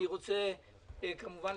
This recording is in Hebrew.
כמובן,